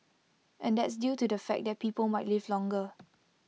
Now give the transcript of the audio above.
and that's due to the fact that people might live longer